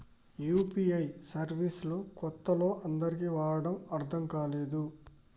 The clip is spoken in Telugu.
యూ.పీ.ఐ సర్వీస్ లు కొత్తలో అందరికీ వాడటం అర్థం కాలేదు